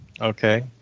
Okay